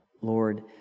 Lord